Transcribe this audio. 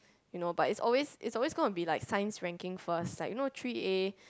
you know but it's always it's always gonna be like science ranking first like you know three A